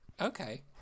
Okay